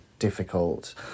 difficult